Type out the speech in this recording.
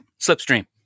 Slipstream